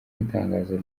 itangazo